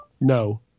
No